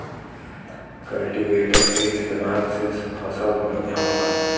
cultivator के इस्तेमाल से फसल बढ़िया होला